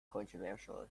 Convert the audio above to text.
controversially